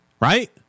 right